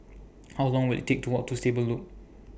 How Long Will IT Take to Walk to Stable Loop